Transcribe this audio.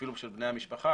אפילו של בני המשפחה.